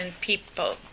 people